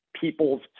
people's